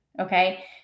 okay